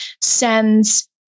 sends